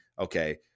okay